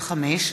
55),